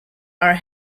are